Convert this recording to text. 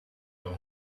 dan